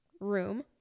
room